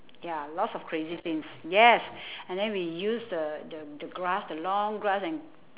ya lots of crazy things yes and then we use the the the grass the long grass and